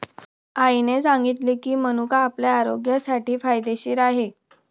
आईने सांगितले की, मनुका आपल्या आरोग्यासाठी फायदेशीर आहे